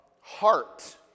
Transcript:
heart